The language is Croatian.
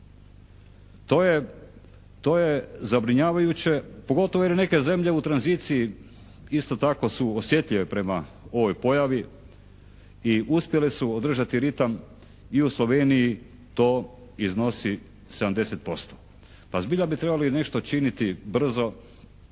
To je zabrinjavajuće pogotovo jer neke zemlje u tranziciji isto tako su osjetljive prema ovoj pojavi i uspjele su održati ritam i u Sloveniji to iznosi 70%. Pa zbilja bi trebali nešto činiti brzo,